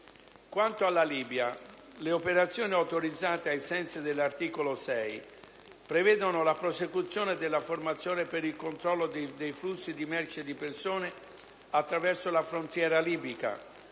Quanto alla Libia, le operazioni autorizzate ai sensi dell'articolo 6 prevedono la prosecuzione della formazione per il controllo dei flussi di merci e di persone attraverso la frontiera libica,